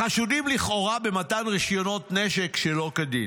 החשודים לכאורה במתן רישיונות נשק שלא כדין.